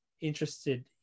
interested